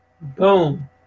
Boom